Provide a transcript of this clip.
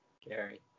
Gary